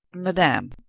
madame,